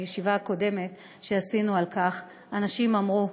אבל בישיבה הקודמת שעשינו על כך אנשים אמרו: